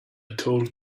told